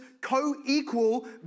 co-equal